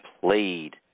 played